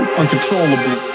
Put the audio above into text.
uncontrollably